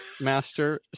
Master